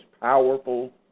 powerful